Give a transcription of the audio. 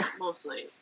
Mostly